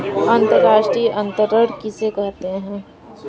अंतर्राष्ट्रीय अंतरण किसे कहते हैं?